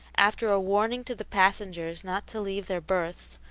after a warning to the passengers not to leave their berths,